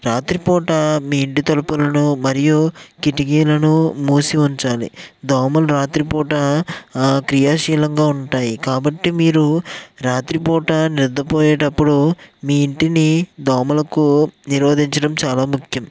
రాత్రిపూట మీ ఇంటి తలుపులను మరియు కిటికీలను మూసి ఉంచాలి దోమలు రాత్రిపూట క్రియాశీలంగా ఉంటాయి కాబట్టి మీరు రాత్రిపూట నిద్రపోయేటప్పుడు మీ ఇంటిని దోమలకు నిరోధించడం చాలా ముఖ్యం